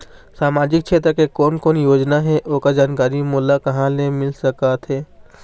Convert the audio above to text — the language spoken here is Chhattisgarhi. सामाजिक क्षेत्र के कोन कोन योजना हे ओकर जानकारी मोला कहा ले मिल सका थे?